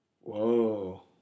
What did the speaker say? Whoa